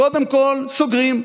קודם כול סוגרים,